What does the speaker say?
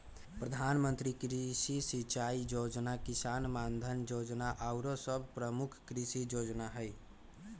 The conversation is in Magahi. प्रधानमंत्री कृषि सिंचाई जोजना, किसान मानधन जोजना आउरो सभ प्रमुख कृषि जोजना हइ